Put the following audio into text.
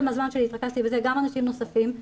מהזמן שלי התרכזתי בזה וגם אנשים נוספים.